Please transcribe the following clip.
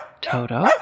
Toto